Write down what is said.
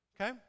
Okay